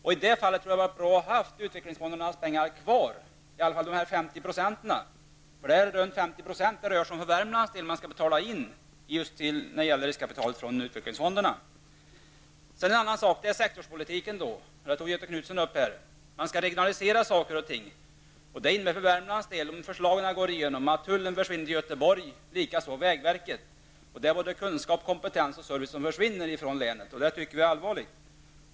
Då tror jag att det hade varit bra att ha utvecklingsfondernas pengar kvar, i alla fall 50 %, som man för Värmlands del skall betala in när det gäller riskkapital från utvecklingsfonderna. Göthe Knutson tog upp frågan om sektorspolitiken. Man skall regionalisera saker och ting, och det innebär för Värmlands del, om förslagen går igenom, att tullen och vägverket försvinner till Göteborg. Det är både kunskap, kompetens och service som försvinner från länet, och det tycker vi är allvarligt.